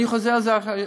ואני חוזר על זה היום,